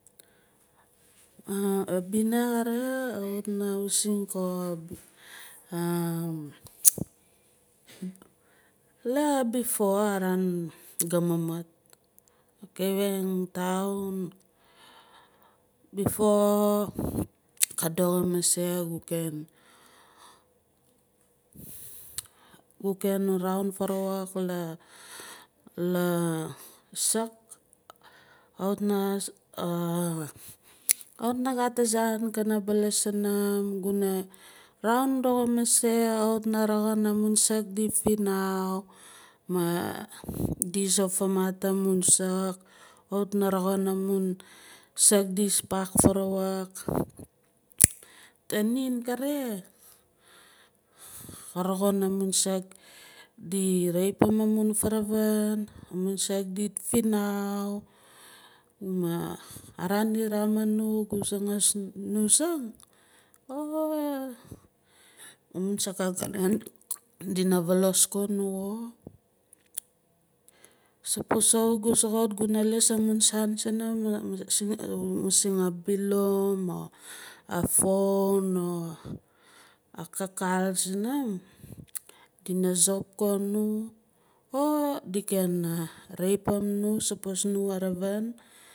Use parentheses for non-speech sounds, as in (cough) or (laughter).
Abina kare kawit na mising la before (hesitation) araan ga mumut kavieng town before ka doxo mase gu ken gu ken raun farawuk la suk kawit na gat a zaan kana baalas sunum guna raan doxo mase kawit na roxin amun saak du dinau ma di sop famat amun saak kawit na roxin amun saak di spak farawok tanin kare ka roxin amun saak di rapim amun furavin amun saak di finau ma araan di ramin nu gu sangaas nu zing (laughs) (ter) amun saak angkanan dina valas nu xio sapos kawit gu soxot guna liis amun saan sunun mising a bilum a phone a kakal sunum din sop ko nu or di ken rapim nu sapos nu a ravin.